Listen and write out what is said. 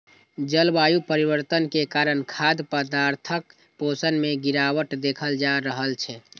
जलवायु परिवर्तन के कारण खाद्य पदार्थक पोषण मे गिरावट देखल जा रहल छै